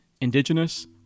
indigenous